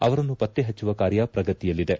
ಅವರನ್ನು ಪತ್ತೆ ಪಚ್ಚುವ ಕಾರ್ಯ ಪ್ರಗತಿಯಲ್ಲಿದೆ